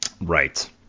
Right